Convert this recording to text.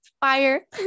Fire